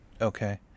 Okay